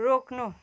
रोक्नु